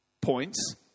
points